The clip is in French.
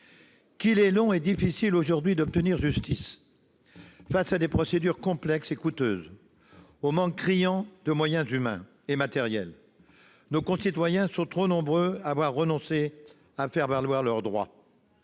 Qu'il est long et difficile aujourd'hui d'obtenir justice ! Face à des procédures complexes et coûteuses et au manque criant de moyens humains et matériels, nos concitoyens sont trop nombreux à avoir renoncé à faire valoir leurs droits.